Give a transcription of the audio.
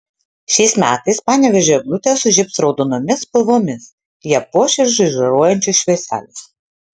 šiais metais panevėžio eglutė sužibs raudonomis spalvomis ją puoš ir žaižaruojančios švieselės